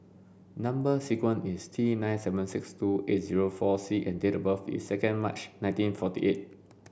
number sequence is T nine seven six two eight zero four C and date of birth is second March nineteen forty eight